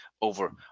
over